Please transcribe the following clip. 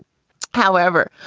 however,